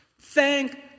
Thank